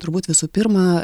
turbūt visų pirma